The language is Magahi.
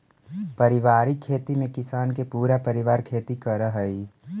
पारिवारिक खेती में किसान के पूरा परिवार खेती करऽ हइ